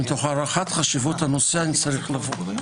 מתוך הערכת חשיבות הנושא אני צריך לבוא.